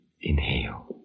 Inhale